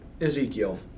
Ezekiel